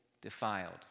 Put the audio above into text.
defiled